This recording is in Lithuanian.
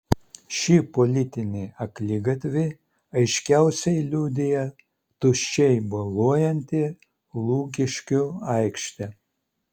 šį politinį akligatvį aiškiausiai liudija tuščiai boluojanti lukiškių aikštė